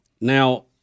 now